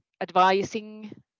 advising